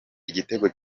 igitego